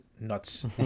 nuts